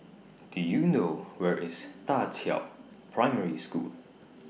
Do YOU know Where IS DA Qiao Primary School